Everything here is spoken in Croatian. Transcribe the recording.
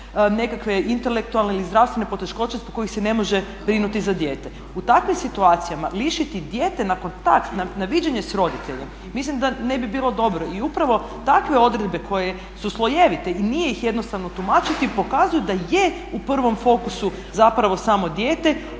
nekakve intelektualne ili zdravstvene poteškoće zbog kojih se ne može brinuti za dijete. U takvim situacijama lišiti dijete na kontakt, na viđanje sa roditeljem mislim da ne bi bilo dobro. I upravo takve odredbe koje su slojevite i nije ih jednostavno tumačiti pokazuju da je u prvom fokusu zapravo samo dijete